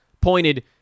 pointed